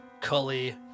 Cully